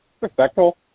Respectful